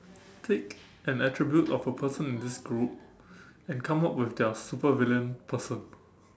take an attribute of a person in this group and come up with their supervillain person